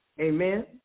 Amen